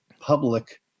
public